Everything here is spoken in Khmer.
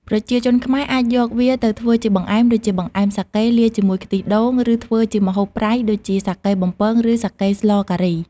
ប្រជាជនខ្មែរអាចយកវាទៅធ្វើជាបង្អែម ដូចជាបង្អែមសាកេលាយជាមួយខ្ទិះដូង ឬធ្វើជាម្ហូបប្រៃ ដូចជាសាកេបំពង ឬសាកេស្លការី។